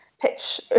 pitch